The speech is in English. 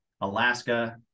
Alaska